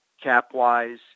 cap-wise